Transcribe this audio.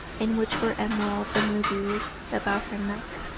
in which were emeralds and rubies, about her neck.